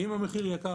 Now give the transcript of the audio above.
אם המחיר יקר